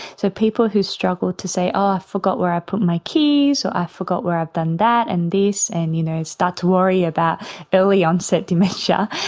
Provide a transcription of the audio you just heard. so people who struggle to say, oh i forgot where i put my keys, or i forgot where i've done that and this, and you know start to worry about early onset dementia,